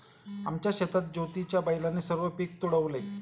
आमच्या शेतात ज्योतीच्या बैलाने सर्व पीक तुडवले